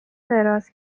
دراز